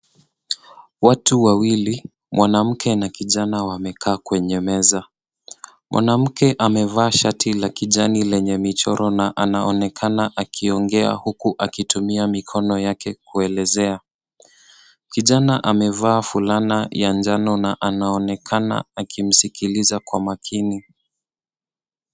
Watu wawili, mwanamke na kijana wamekaa kwenye meza. Mwanamke amevaa shati la kijani lenye michoro na anaonekana akiongea huku akitumia mikono yake kuelezea. Kijana amevaa fulana ya njano na anaonekana akimsikiliza kwa makini.